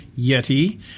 Yeti